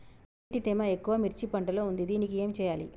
నీటి తేమ ఎక్కువ మిర్చి పంట లో ఉంది దీనికి ఏం చేయాలి?